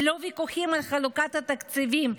ללא ויכוחים על חלוקת התקציבים,